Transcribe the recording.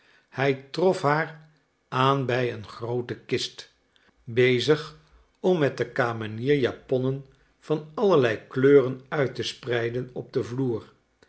hij trof haar aan bij een groote kist bezig om met de kamenier japonnen van allerlei kleuren uit te spreiden op de vloer